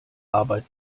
arbeit